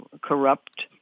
corrupt